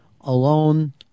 alone